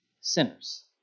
sinners